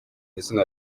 izina